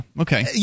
okay